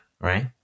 right